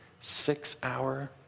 six-hour